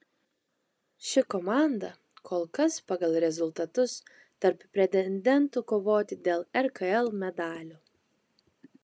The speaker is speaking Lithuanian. ši komanda kol kas pagal rezultatus tarp pretendentų kovoti dėl rkl medalių